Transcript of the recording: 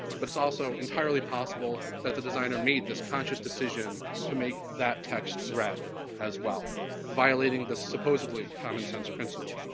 but it's also entirely possible that the designer made this conscious decision to make that text red as well violating the supposedly common sense principle.